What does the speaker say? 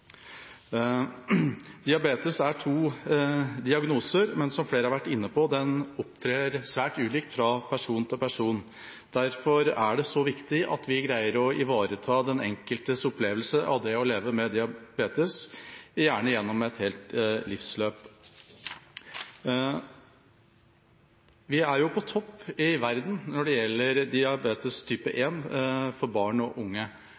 den opptrer svært ulikt fra person til person. Derfor er det så viktig at vi greier å ivareta den enkeltes opplevelse av det å leve med diabetes, gjerne gjennom et helt livsløp. Vi er på topp i verden når det gjelder diabetes type 1 hos barn og unge.